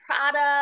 product